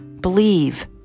believe